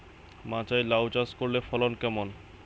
মাচায় লাউ চাষ করলে ফলন কেমন?